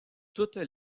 toutes